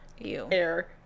air